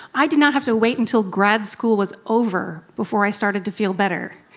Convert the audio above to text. i did not have to wait until grad school was over before i started to feel better.